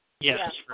Yes